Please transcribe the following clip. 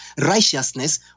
righteousness